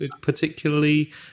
particularly